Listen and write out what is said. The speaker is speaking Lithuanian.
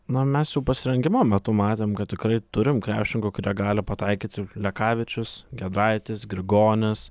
na mes jau pasirengimo metu matome kad tikrai turime krepšininkų kurie gali pataikyti lekavičius giedraitis grigonis